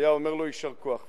היה אומר לו: יישר כוח.